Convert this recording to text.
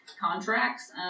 contracts